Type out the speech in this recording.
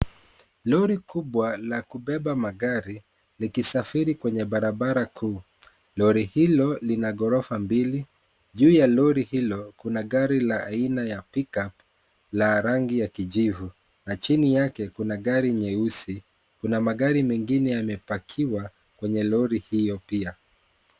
Lori kubwa la kubeba magari linasafiri kwenye barabara kuu. Lori hilo lina ghorofa mbili. Juu ya lori hilo kuna gari aina ya pick up ya rangi ya kijivu na chini yake kuna magari mengine yamepackiwa kwa lori hiyo pia.